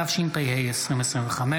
התשפ"ה 2025,